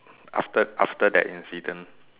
after after that incident